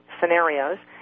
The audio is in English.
scenarios